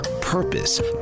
purpose